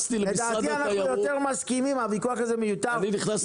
הוויכוח הזה מיותר.